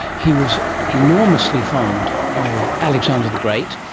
he was enormously fond of alexander the great.